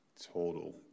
total